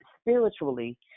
spiritually